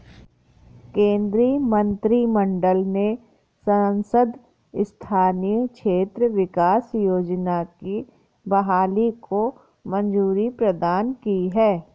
केन्द्रीय मंत्रिमंडल ने सांसद स्थानीय क्षेत्र विकास योजना की बहाली को मंज़ूरी प्रदान की है